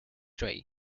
rays